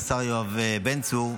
השר יואב בן צור,